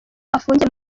afungiye